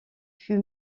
fut